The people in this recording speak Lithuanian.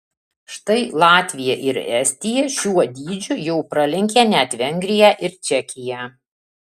štai latvija ir estija šiuo dydžiu jau pralenkė net vengriją ir čekiją